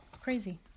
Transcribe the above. Crazy